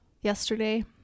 yesterday